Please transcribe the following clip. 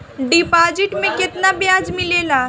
Deposit मे केतना बयाज मिलेला?